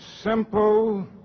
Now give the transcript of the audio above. simple